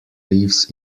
leaves